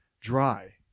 dry